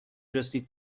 رسید